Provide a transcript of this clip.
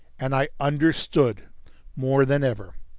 and i understood more than ever,